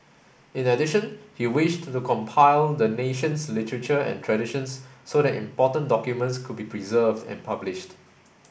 in addition he wished to compile the nation's literature and traditions so that important documents could be preserved and published